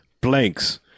blanks